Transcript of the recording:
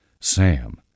Sam